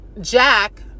Jack